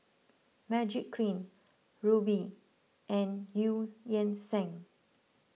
Magiclean Rubi and Eu Yan Sang